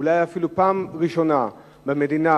זו אולי אפילו הפעם הראשונה במדינה